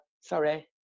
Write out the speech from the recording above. Sorry